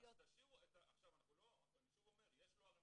עכשיו אני אומר, אם